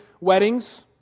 weddings